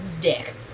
dick